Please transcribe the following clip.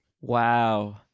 Wow